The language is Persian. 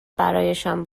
برایشان